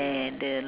mm ya lah